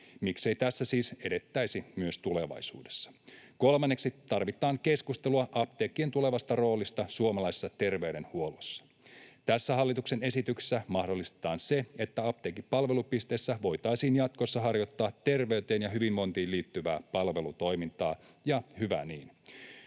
Miksei tässä siis edettäisi myös tulevaisuudessa? Kolmanneksi, tarvitaan keskustelua apteekkien tulevasta roolista suomalaisessa terveydenhuollossa. Tässä hallituksen esityksessä mahdollistetaan se, että apteekin palvelupisteissä voitaisiin jatkossa harjoittaa terveyteen ja hyvinvointiin liittyvää palvelutoimintaa, ja hyvä niin.